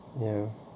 ya